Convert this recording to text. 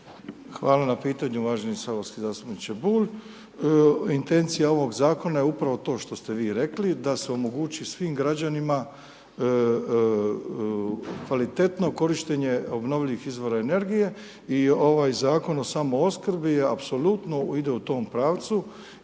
se ne razumije./... zastupniče Bulj. Intencija ovog zakona je upravo to što ste vi rekli, da se omogući svim građanima kvalitetno korištenje obnovljivih izvora energije i ovaj Zakon o samoopskrbi apsolutno ide u tom pravcu